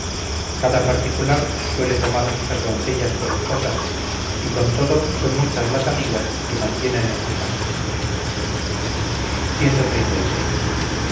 cada particular suele tomar muchas doncellas por esposas y con todo son muchas las amigas que mantienen en su casa después del valor